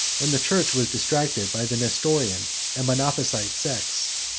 and the church was distracted by the nestorian and monophysite sects,